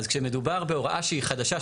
אז כשמדובר בהוראה שהיא חדשה,